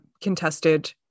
contested